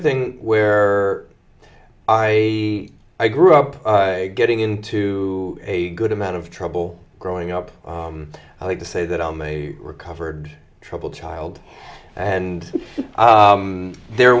of thing where i i grew up getting into a good amount of trouble growing up i like to say that i'm a recovered troubled child and there